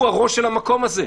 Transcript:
הוא הראש של המקום הזה.